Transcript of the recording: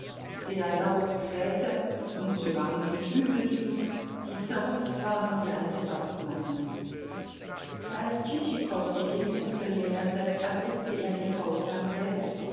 sehr laut krähte und sogar mit den flügeln schlug die zerzupft waren wie alte bastmatten als tschitschikow sich dem hofe näherte erblickte er den hausherrn selbst